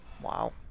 Wow